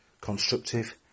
constructive